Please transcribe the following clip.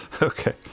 Okay